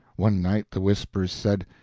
one night the whispers said,